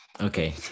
Okay